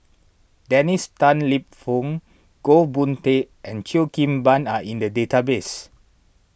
Dennis Tan Lip Fong Goh Boon Teck and Cheo Kim Ban are in the database